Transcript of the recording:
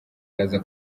araza